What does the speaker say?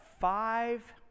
five